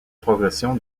progression